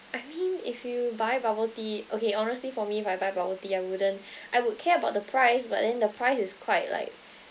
I mean if you buy bubble tea okay honestly for me if I buy bubble tea I wouldn't I would care about the price but then the price is quite like